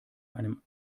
einem